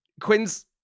Quinn's